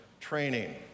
training